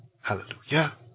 hallelujah